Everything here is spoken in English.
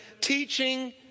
teaching